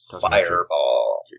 Fireball